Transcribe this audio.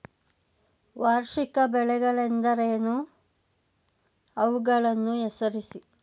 ವಾರ್ಷಿಕ ಬೆಳೆಗಳೆಂದರೇನು? ಅವುಗಳನ್ನು ಹೆಸರಿಸಿ?